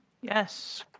Yes